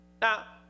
Now